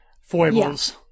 foibles